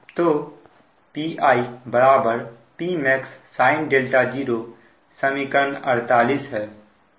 तो Pi Pmax sin 0 समीकरण 48 है